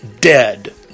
dead